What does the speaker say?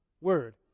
word